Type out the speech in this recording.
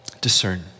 Discern